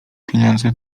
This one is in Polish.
pieniądze